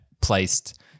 placed